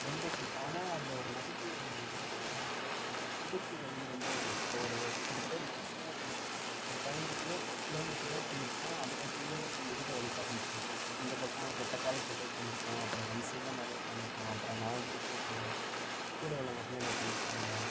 ரொம்ப பிடிக்கும் ஆனால் அதில் ஒரு நெகட்டிவ் என்னனா இடுப்பு வலி ரொம்ப வரும் இப்போ ஒரு கிட்டத்தட்ட ஒரு மேக்ஸிமம் ஒரு ஒரு பதினைஞ்சு கிலோ கிலோமீட்டர்தான் போயிருப்போம் அதுகாட்டியுமே முதுகை வலிக்க ஆரம்பிச்சிரும் இந்தப் பக்கம் ரெட்டக் காலைப் போட்டு உட்காந்துருப்போம் அப்புறம் ஒன் சைடுலமாதிரி உட்காந்துருப்போம் அப்புறம் நான் பைக் ஓட்டுவேன் கூட உள்ளவங்க பின்னாடி உட்காந்துருப்பாங்க